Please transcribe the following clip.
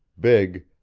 big,